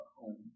home